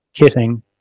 kitting